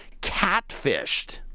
catfished